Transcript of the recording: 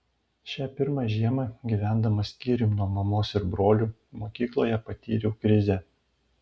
šią pirmą žiemą gyvendamas skyrium nuo mamos ir brolių mokykloje patyriau krizę